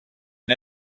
and